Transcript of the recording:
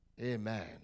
Amen